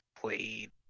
played